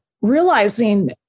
realizing